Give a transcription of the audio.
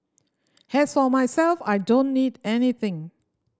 has for myself I don't need anything